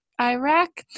Iraq